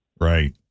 right